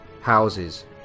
houses